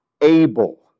able